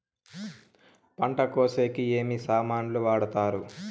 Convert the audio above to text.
పంట కోసేకి ఏమి సామాన్లు వాడుతారు?